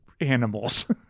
animals